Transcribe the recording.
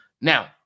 Now